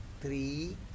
three